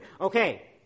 Okay